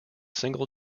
single